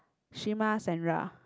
Shima-Sandra